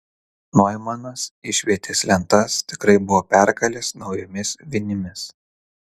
noimanas išvietės lentas tikrai buvo perkalęs naujomis vinimis